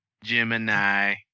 Gemini